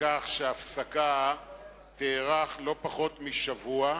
לכך שההפסקה תארך לא פחות משבוע.